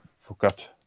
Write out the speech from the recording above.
forgot